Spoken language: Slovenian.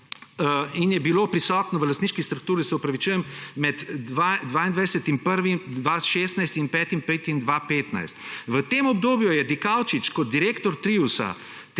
in je bilo prisotno v lastniški strukturi, se opravičujem, med 22. 1. 2016 in 5. 5. 2015. V tem obdobju je Dikaučič kot direktor Triusa